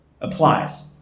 applies